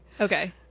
Okay